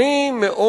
מאוד